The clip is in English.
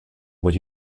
what